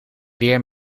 weer